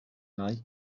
lai